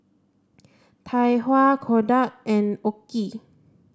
Tai Hua Kodak and OKI